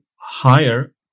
higher